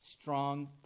strong